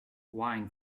wine